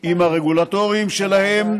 עם הרגולטורים שלהם,